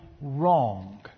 wrong